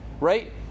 right